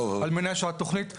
על מנת שהתוכנית תיושם.